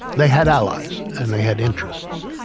they had allies and they had interests.